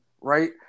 right